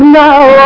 now